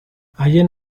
haien